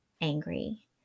angry